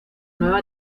nueva